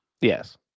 Yes